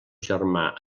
germà